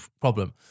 problem